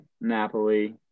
Napoli